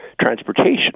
transportation